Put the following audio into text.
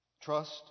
Trust